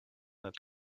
that